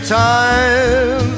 time